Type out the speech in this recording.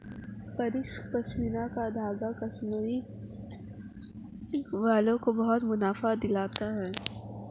परिष्कृत पशमीना का धागा कश्मीरी काश्तकारों को बहुत मुनाफा दिलवाता है